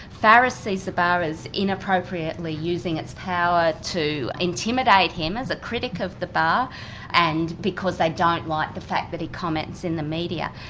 faris sees the bar as inappropriately using its power to intimidate him, as a critic of the bar and because they don't like the fact that he comments in the media.